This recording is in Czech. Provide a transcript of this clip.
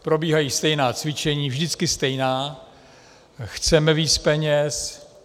Probíhají stejná cvičení, vždycky stejná chceme víc peněz.